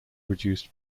reduced